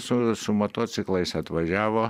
su su motociklais atvažiavo